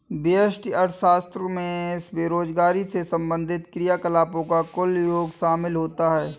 व्यष्टि अर्थशास्त्र में बेरोजगारी से संबंधित क्रियाकलापों का कुल योग शामिल होता है